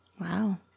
Wow